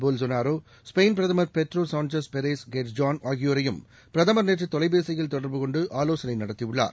போல் சோனரோ Spain பிரதமர் Pedro Sanchez Perez Castejon ஆகியோரையும் பிரதமர் நேற்று தொலைபேசியில் தொடர்புகொண்டு ஆலோசனை நடத்தியுள்ளார்